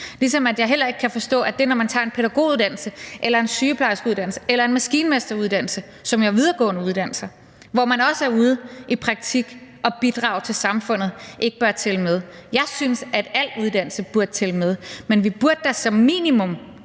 Jeg kan heller ikke forstå, at det, når man tager en pædagoguddannelse eller en sygeplejerskeuddannelse eller en maskinmesteruddannelse, som jo er videregående uddannelser, hvor man også er ude i praktik og bidrager til samfundet, ikke bør tælle med. Jeg synes, at al uddannelse burde tælle med. Men vi burde da som minimum